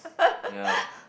yeah